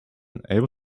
able